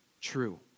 true